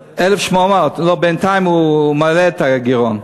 1,800. 1,800, לא, בינתיים הוא מעלה את הגירעון.